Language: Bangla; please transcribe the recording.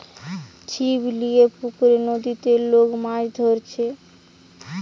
ছিপ লিয়ে পুকুরে, নদীতে লোক মাছ ধরছে